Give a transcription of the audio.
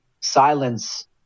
silence